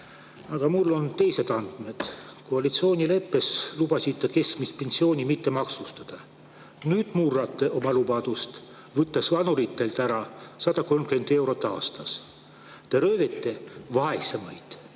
Aga mul on teised andmed. Koalitsioonileppes lubasite keskmist pensioni mitte maksustada. Nüüd murrate oma lubadust, võttes vanuritelt ära 130 eurot aastas. Te röövite vaesemaid.